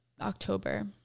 October